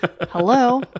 hello